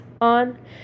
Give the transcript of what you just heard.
on